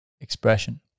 expression